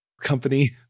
company